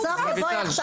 אוקיי,